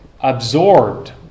absorbed